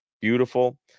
beautiful